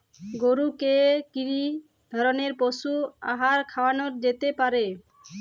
গরু কে কি ধরনের পশু আহার খাওয়ানো যেতে পারে?